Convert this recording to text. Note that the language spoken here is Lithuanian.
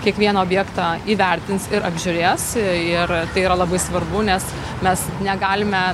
kiekvieną objektą įvertins ir apžiūrės ir tai yra labai svarbu nes mes negalime